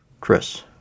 Chris